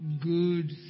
good